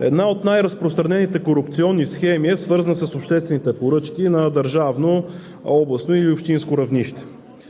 една от най-разпространените корупционни схеми е свързана с обществените поръчки на държавно, областно или общинско равнище.